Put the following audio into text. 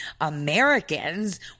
Americans